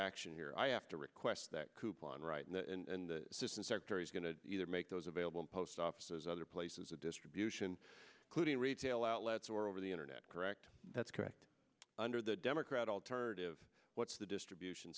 action here i have to request that coupon right now and the system secretary's going to either make those available post offices other places of distribution quoting retail outlets or over the internet correct that's correct under the democrat alternative what's the distribution